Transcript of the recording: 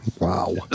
Wow